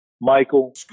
Michael